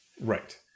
right